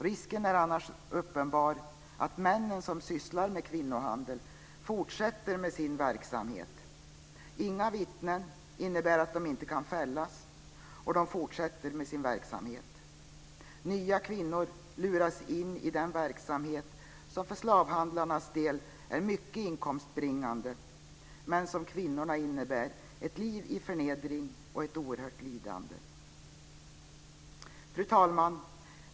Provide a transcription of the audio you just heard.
Risken är annars uppenbar att de män som sysslar med kvinnohandel fortsätter med sin verksamhet - inga vittnen innebär att de inte kan fällas och de fortsätter med sin verksamhet. Nya kvinnor luras in i den verksamhet som för slavhandlarnas del är mycket inkomstbringande, men som för kvinnorna innebär ett liv i förnedring och ett oerhört lidande. Fru talman!